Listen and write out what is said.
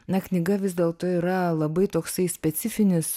na knyga vis dėlto yra labai toksai specifinis